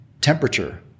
temperature